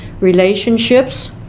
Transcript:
relationships